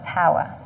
power